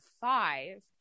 five